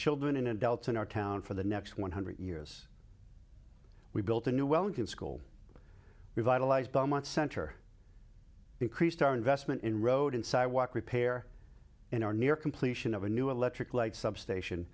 children and adults in our town for the next one hundred years we built a new well good school revitalized belmont center increased our investment in road and sidewalk repair in our near completion of a new electric light substation